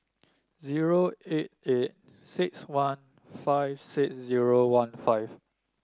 zero eight eight six one five six zero one five